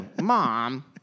mom